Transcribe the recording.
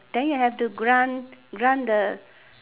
then you have to grind grind the